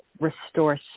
restore